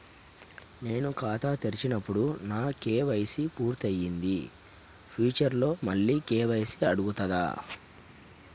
నేను ఖాతాను తెరిచినప్పుడు నా కే.వై.సీ పూర్తి అయ్యింది ఫ్యూచర్ లో మళ్ళీ కే.వై.సీ అడుగుతదా?